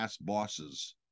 bosses